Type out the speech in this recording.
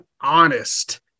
honest